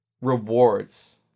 rewards